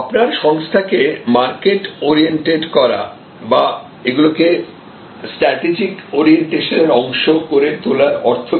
আপনার সংস্থাকে market oriented করা বা এগুলোকে স্ট্র্যাটেজিক অরিয়েন্টেশন এর অংশ করে তোলার অর্থ কী